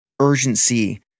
urgency